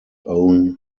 own